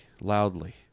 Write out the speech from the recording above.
loudly